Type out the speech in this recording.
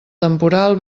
temporal